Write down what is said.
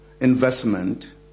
investment